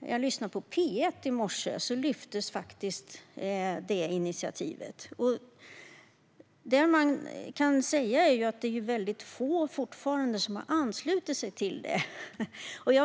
Jag lyssnade på P1 i morse, och till min stora glädje lyftes detta initiativ faktiskt upp. Det man kan säga är att det fortfarande är väldigt få som har anslutit sig till denna utmaning.